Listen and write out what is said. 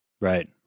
right